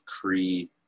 Cree